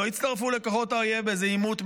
לא הצטרפו לכוחות האויב באיזה עימות,